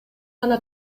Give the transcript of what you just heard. гана